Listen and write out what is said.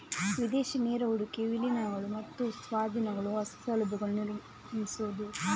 ವಿದೇಶಿ ನೇರ ಹೂಡಿಕೆಯು ವಿಲೀನಗಳು ಮತ್ತು ಸ್ವಾಧೀನಗಳು, ಹೊಸ ಸೌಲಭ್ಯಗಳನ್ನು ನಿರ್ಮಿಸುವುದು